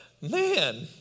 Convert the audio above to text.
Man